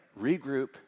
regroup